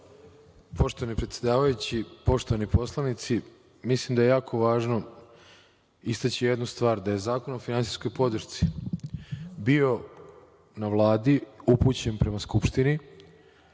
Poštovani predsedavajući, poštovani poslanici, mislim da je jako važno istaći jednu stvar. Da je zakon o finansijskojpodršci bio na Vladi upućen prema Skupštini